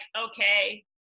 okay